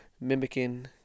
mimicking